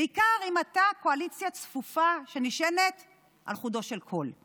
בעיקר אם אתה קואליציה צפופה שנשענת על חודו של קול.